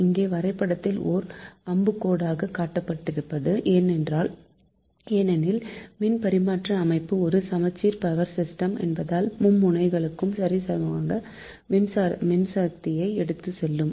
இங்கே வரைபடத்தில் அது ஒர் அம்புக்கோடாக காட்டப்பட்டிருப்பது ஏனெனில் மின் பரிமாற்ற அமைப்பு ஒரு சமச்சீர் பவர் சிஸ்டம் என்பதால் மும்முனைகளும் சரிசமமாக மின்சக்தியை எடுத்துச்செல்லும்